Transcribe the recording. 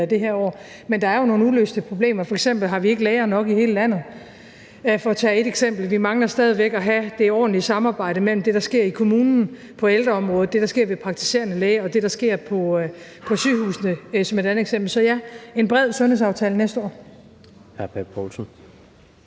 men der er jo nogle uløste problemer. F.eks. har vi ikke læger nok i hele landet, for nu at tage et eksempel. Som et andet eksempel mangler vi stadig væk at have det ordentlige samarbejde mellem det, der sker i kommunen på ældreområdet, og det, der sker hos den praktiserende læge, og det, der sker på sygehusene. Så ja til en bred sundhedsaftale næste år. Kl. 22:35 Tredje